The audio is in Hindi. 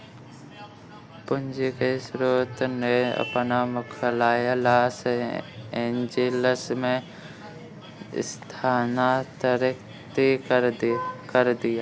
पूंजी के स्रोत ने अपना मुख्यालय लॉस एंजिल्स में स्थानांतरित कर दिया